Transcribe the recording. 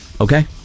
Okay